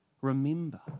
Remember